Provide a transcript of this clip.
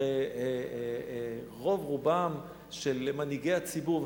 הרי רוב-רובם של מנהיגי הציבור,